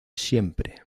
siempre